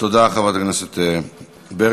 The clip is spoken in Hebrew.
תודה, חברת הכנסת ברקו.